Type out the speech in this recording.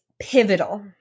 pivotal